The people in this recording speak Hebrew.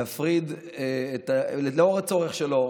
להפריד, לאור הצורך שלו